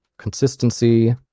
consistency